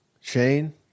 Shane